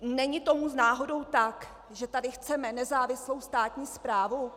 Není tomu náhodou tak, že tady chceme nezávislou státní správu?